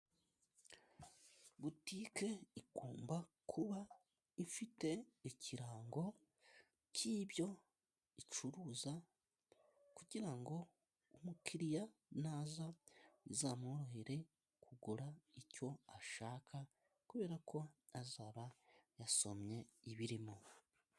Butike igomba kuba ifite ikirango cy'ibyo icuruza, kugira ngo umukiriya naza bizamworohere kugura icyo ashaka, kubera ko azaba yasomye ibirimo.